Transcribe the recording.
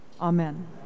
Amen